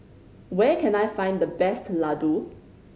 where can I find the best laddu